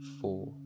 four